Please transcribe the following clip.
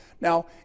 Now